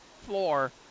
floor